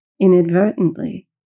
inadvertently